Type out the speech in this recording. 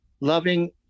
loving